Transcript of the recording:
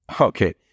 Okay